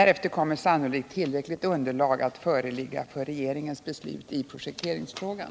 Därefter kommer sannolikt tillräckligt underlag att föreligga för regeringens beslut i projekteringsfrågan.